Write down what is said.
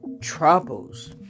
troubles